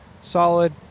solid